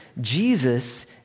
Jesus